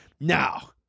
Now